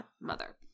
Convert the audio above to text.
mother